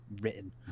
written